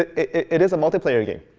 it is a multiplayer game.